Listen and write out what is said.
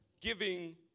giving